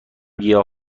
گیاه